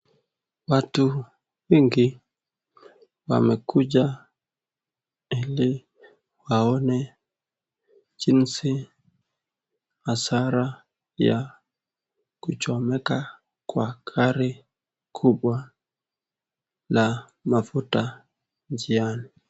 Watu wengi wamekuja, ili waone jinsi hasara ya, kuchomeka kwa gari kubwa na mafuta njiani.